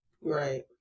Right